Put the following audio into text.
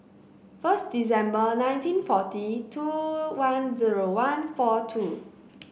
first December nineteen forty two one zero one four two